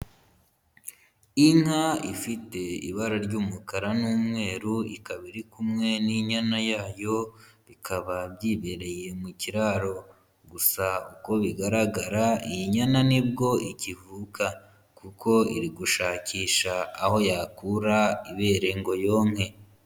Inka ifite ibara ry'umukara n'umweru, ikaba iri kumwe n'inyana yayo, bikaba byibereye mu kiraro gusa uko bigaragara iyi nyana ni bwo ikivuka kuko iri gushakisha aho yakura ibere ngo yonke.